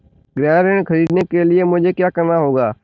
गृह ऋण ख़रीदने के लिए मुझे क्या करना होगा?